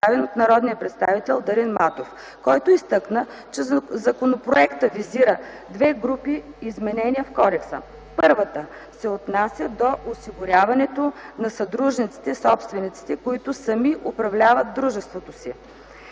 от народния представител Дарин Матов, който изтъкна, че законопроектът визира две групи изменения в Кодекса: Първата се отнася до осигуряването на съдружниците /собствениците, които сами управляват дружеството си.